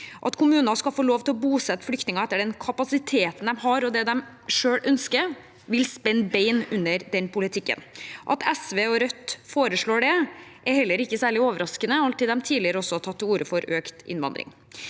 At kommuner skal få lov til å bosette flyktninger etter den kapasiteten de har, og det de selv ønsker, vil spenne bein under den politikken. At SV og Rødt foreslår det, er heller ikke særlig overraskende, all den tid de tidligere også har tatt til orde for økt innvandring.